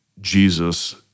Jesus